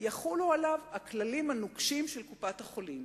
יחולו עליו הכללים הנוקשים של קופת-החולים.